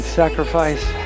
sacrifice